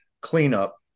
cleanup